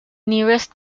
nearest